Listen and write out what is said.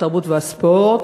התרבות והספורט,